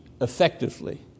effectively